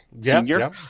senior